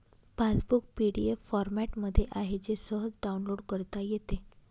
passbook PDF फॉरमॅटमध्ये आहे जे सहज डाउनलोड करता येते